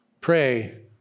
pray